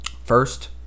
First